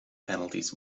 penalties